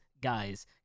guys